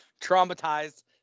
traumatized